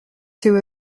two